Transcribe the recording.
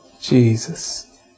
Jesus